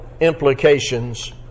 implications